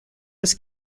was